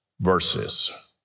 verses